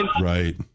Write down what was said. Right